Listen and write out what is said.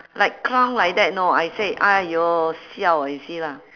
like clown like that know I said !aiyo! siao eh see lah